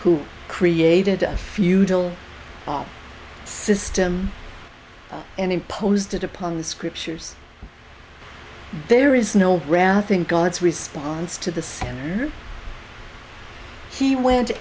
who created a feudal system and imposed upon the scriptures there is no wrath thing god's response to the center he went